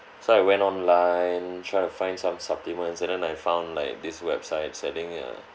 so I went online try to find some supplements and then I found like this website selling a